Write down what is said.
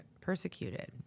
persecuted